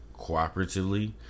cooperatively